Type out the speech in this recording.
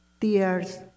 tears